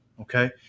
okay